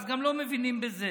אז גם לא מבינים בזה.